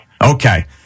Okay